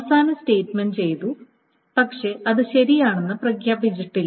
അവസാന സ്റ്റേറ്റ്മെന്റ് ചെയ്തു പക്ഷേ അത് ശരിയാണെന്ന് പ്രഖ്യാപിച്ചിട്ടില്ല